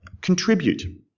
contribute